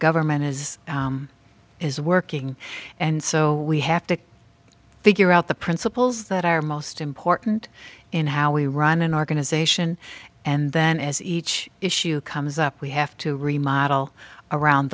government is is working and so we have to figure out the principles that are most important in how we run an organization and then as each issue comes up we have to remodel around